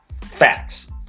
Facts